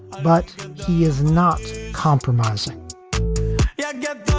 but he is not compromising yeah yet.